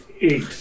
eight